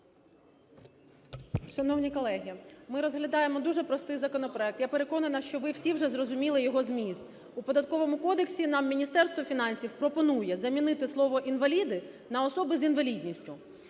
Шановні колеги, ми розглядаємо дуже простий законопроект. Я переконана, що ви всі вже зрозуміли його зміст. У Податковому кодексі нам Міністерство фінансів пропонує замінити слово "інваліди" на "особи з інвалідністю".